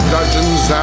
Dungeons